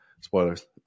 spoilers